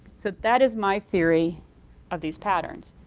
so that is my theory of these patterns.